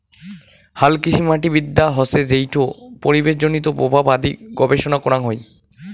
হালকৃষিমাটিবিদ্যা হসে যেইটো পরিবেশজনিত প্রভাব আদি গবেষণা করাং হই